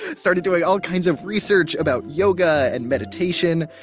started doing all kinds of research about yoga and meditation.